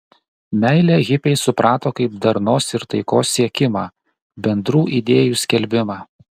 meilę hipiai suprato kaip darnos ir taikos siekimą bendrų idėjų skelbimą